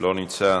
אינו נוכח,